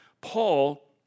Paul